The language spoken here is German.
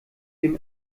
dem